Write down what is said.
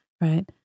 right